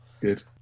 good